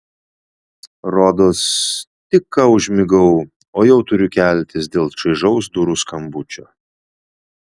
rodos tik ką užmigau o jau turiu keltis dėl čaižaus durų skambučio